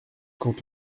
quant